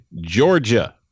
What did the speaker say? Georgia